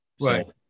Right